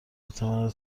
بتواند